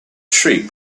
tree